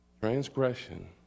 Transgression